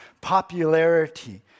popularity